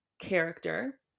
character